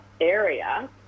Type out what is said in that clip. area